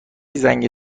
زنگ